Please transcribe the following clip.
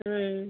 ம்